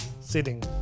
sitting